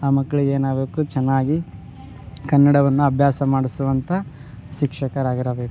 ಆ ಮಕ್ಳಿಗೇನಾಗಬೇಕು ಚೆನ್ನಾಗಿ ಕನ್ನಡವನ್ನು ಅಭ್ಯಾಸ ಮಾಡ್ಸುವಂಥ ಶಿಕ್ಷಕರಾಗಿರಬೇಕ್